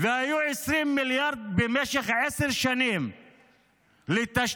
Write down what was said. והיו 20 מיליארד במשך עשר שנים לתשתיות,